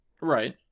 Right